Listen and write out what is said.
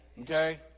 Okay